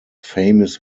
famous